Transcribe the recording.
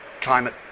climate